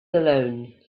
alone